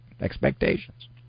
expectations